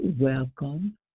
welcome